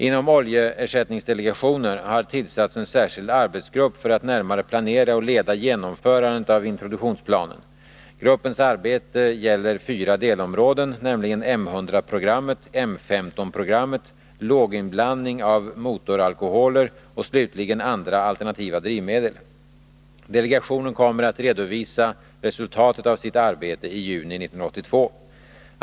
Inom oljeersättningsdelegationen har tillsatts en särskild arbetsgrupp för att närmare planera och leda genomförandet av introduktionsplanen. Gruppens arbete gäller fyra delområden, nämligen M100-programmet, MIS-programmmet, låginblandning av motoralkoholer och slutligen andra alternativa drivmedel. Delegationen kommer att redovisa resultatet av sitt arbete i juni 1982.